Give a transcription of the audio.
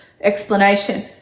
explanation